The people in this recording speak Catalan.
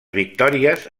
victòries